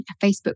Facebook